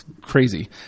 crazy